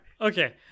Okay